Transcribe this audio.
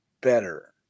better